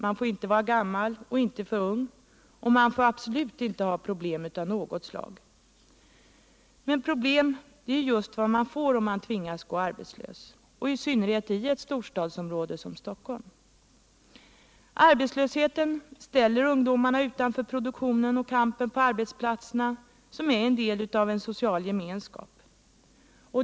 Man får inte vara för gammal och inte för ung, och man får absolut inte ha problem av något slag. Men problem är just vad man får om man tvingas gå arbetslös, i synnerhet i ett storstadsområde som Stockholm. Arbetslösheten ställer ungdomarna utanför produktionen och kampen på arbetsplatserna, som är en del av en social gemenskap.